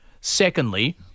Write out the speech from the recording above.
Secondly